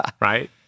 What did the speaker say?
right